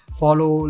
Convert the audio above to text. follow